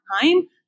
time